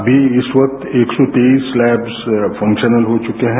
अभी इस वक्त एक सौ तीस लैब्स फांक्शनल हो चुके हैं